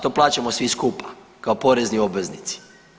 To plaćamo svi skupa kao porezni obveznici.